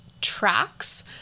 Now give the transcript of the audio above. tracks